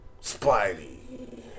Spidey